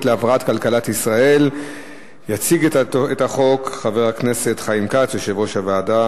להבראת כלכלת ישראל(תיקוני חקיקה להשגת יעדי התקציב והמדיניות